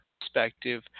perspective